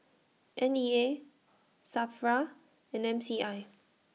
N E A SAFRA and M C I